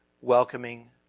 welcoming